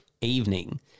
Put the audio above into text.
evening